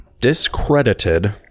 discredited